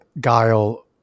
guile